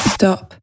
stop